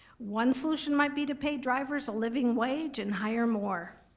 one solution might be to pay drivers a living wage and hire more,